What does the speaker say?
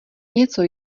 něco